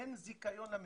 אין זיקה למדינה.